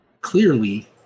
clearly